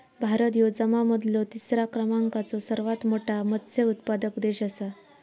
भारत ह्यो जगा मधलो तिसरा क्रमांकाचो सर्वात मोठा मत्स्य उत्पादक देश आसा